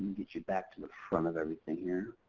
get you back to the front of everything here.